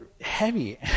heavy